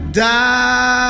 die